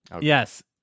Yes